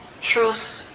truth